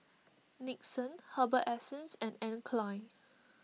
Nixon Herbal Essences and Anne Klein